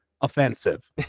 offensive